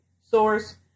Source